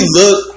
look